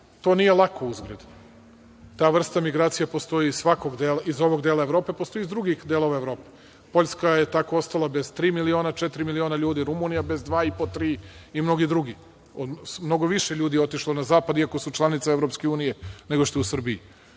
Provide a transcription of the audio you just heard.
To nije lako, uzgred. Ta vrsta migracija postoji iz ovog dela Evrope, postoji i iz drugih delova Evrope. Poljska je tako ostala bez tri miliona, četiri miliona ljudi, Rumunija bez dva i po, tri miliona ljudi i mnogi drugi. Mnogo više ljudi je otišlo na Zapad, iako su članice Evropske unije, nego što je u Srbiji.